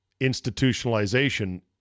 institutionalization